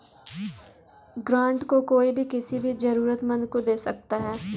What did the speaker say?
grant को कोई भी किसी भी जरूरतमन्द को दे सकता है